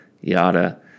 yada